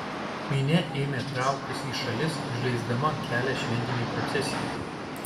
minia ėmė trauktis į šalis užleisdama kelią šventinei procesijai